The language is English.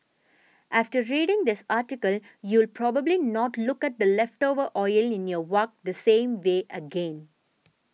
after reading this article you will probably not look at the leftover oil in your wok the same way again